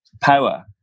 power